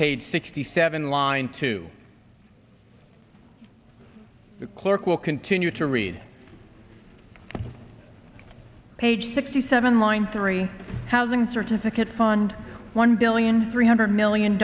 page sixty seven line to the clerk will continue to read page sixty seven line three housing certificates fund one billion three hundred million